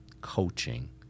coaching